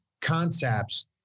concepts